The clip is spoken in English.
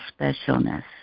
specialness